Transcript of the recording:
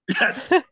Yes